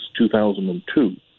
2002